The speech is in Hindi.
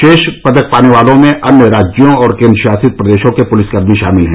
शेष पदक पाने वालों में अन्य राज्यों और केन्द्रशासित प्रदेशों के पुलिसकर्मी शामिल हैं